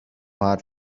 hot